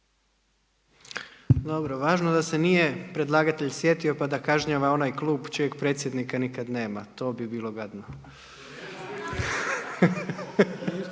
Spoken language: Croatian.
Dobro, važno da se nije predlagatelj sjetio pa da kažnjava onaj klub čijeg predsjednika nikad nema. To bi bilo gadno.